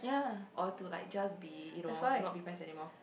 or to like just be you know not be friends anymore